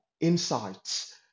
insights